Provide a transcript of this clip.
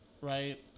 right